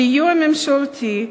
סיוע ממשלתי,